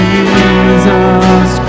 Jesus